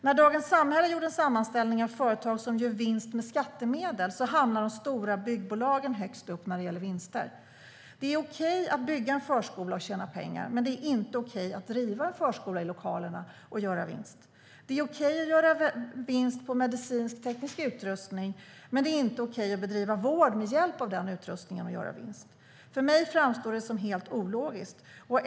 När Dagens Samhälle gjorde en sammanställning av företag som gör vinst med skattemedel hamnar de stora byggbolagen högst upp när det gäller vinster. Det är okej att bygga en förskola och tjäna pengar, men det är inte okej att driva en förskola i lokalerna och göra vinst. Det är okej att göra vinst på medicinsk-teknisk utrustning, men det är inte okej att bedriva vård med hjälp av den utrustningen och göra vinst. För mig framstår det som helt ologiskt.